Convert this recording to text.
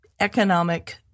economic